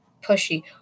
pushy